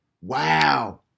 wow